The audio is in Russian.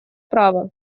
права